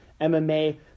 MMA